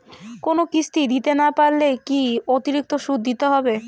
কোনো কিস্তি দিতে না পারলে কি অতিরিক্ত সুদ দিতে হবে?